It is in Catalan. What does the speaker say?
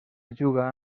juga